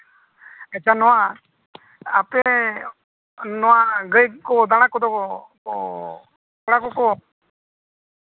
ᱟᱪᱪᱷᱟ ᱱᱚᱣᱟ ᱟᱯᱮ ᱱᱚᱣᱟ ᱜᱟᱹᱭ ᱠᱚ ᱫᱟᱲᱟ ᱠᱚᱫᱚ ᱠᱚ ᱠᱚᱲᱟ ᱠᱚ ᱠᱚ